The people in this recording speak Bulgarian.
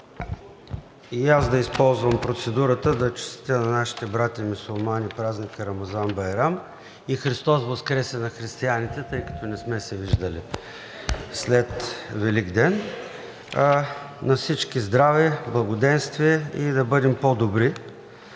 И аз да използвам процедурата да честитя на нашите братя мюсюлмани празника Рамазан Байрам и Христос Воскресе на християните, тъй като не сме се виждали след Великден! На всички здраве, благоденствие и да бъдем по-добри!